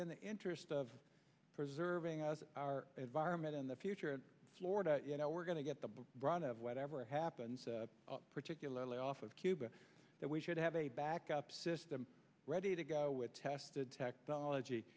in the interest of preserving us our environment in the future in florida you know we're going to get the brunt of whatever happens particularly off of cuba that we should have a backup system ready to go with tested technology